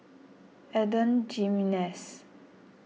Adan Jimenez